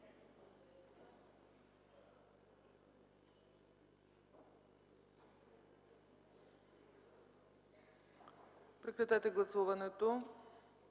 Прекратете гласуването!